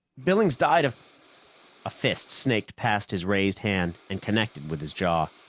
billings died of a fist snaked past his raised hand and connected with his jaw.